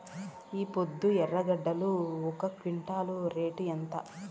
ఈపొద్దు ఎర్రగడ్డలు ఒక క్వింటాలు రేటు ఎంత?